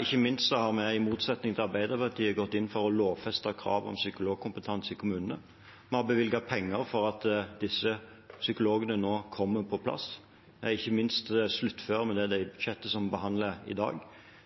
Ikke minst har vi, i motsetning til Arbeiderpartiet, gått inn for å lovfeste krav om psykologkompetanse i kommunene. Vi har bevilget penger for at disse psykologene nå kommer på plass – ikke minst sluttfører vi det i det budsjettet som vi behandler i dag.